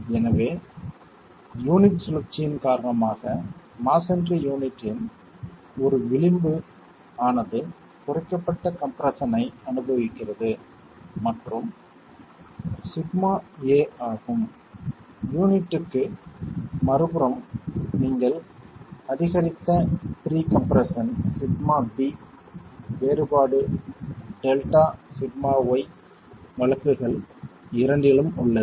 எனவே யூனிட் சுழற்சியின் காரணமாக மஸோன்றி யூனிட்டின் ஒரு விளிம்பு ஆனது குறைக்கப்பட்ட கம்ப்ரெஸ்ஸன் ஐ அனுபவிக்கிறது மற்றும் அது σa ஆகும் யூனிட்க்கு மறுபுறம் நீங்கள் அதிகரித்த ப்ரீ கம்ப்ரெஸ்ஸன் σb வேறுபாடு டெல்டா Δσy வழக்குகள் இரண்டிலும் உள்ளது